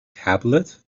tablet